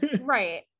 Right